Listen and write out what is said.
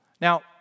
Now